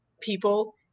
people